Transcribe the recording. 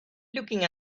looking